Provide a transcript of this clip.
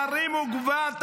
תרימו כבר,